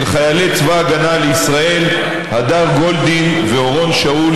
חיילי צבא ההגנה לישראל הדר גולדין ואורון שאול,